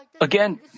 again